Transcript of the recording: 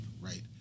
right